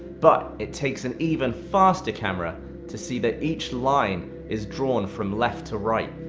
but it takes an even faster camera to see that each line is drawn from left to right.